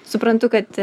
suprantu kad